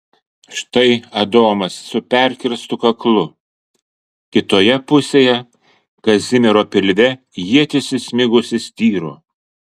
štai adomas su perkirstu kaklu kitoje pusėje kazimiero pilve ietis įsmigusi styro